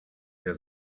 der